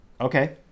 Okay